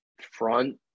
front